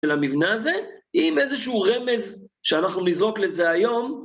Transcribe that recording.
של המבנה הזה, עם איזשהו רמז שאנחנו נזרוק לזה היום.